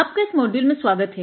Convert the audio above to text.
आपका इस मोड्यूल में स्वागत है